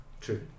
True